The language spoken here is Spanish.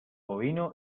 bovino